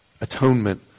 Atonement